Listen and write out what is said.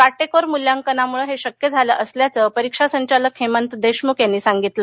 काटेकोर मूल्यांकनामुळे हे शक्य झालं असल्याचं परीक्षा संचालक हेमंत देशमुख यांनी दिली